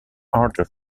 harder